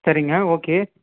சரிங்க ஓகே